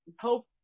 hope